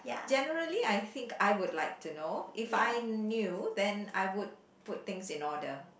generally I think I would like to know if I knew then I would put things in order